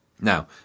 Now